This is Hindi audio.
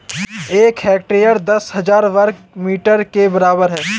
एक हेक्टेयर दस हजार वर्ग मीटर के बराबर है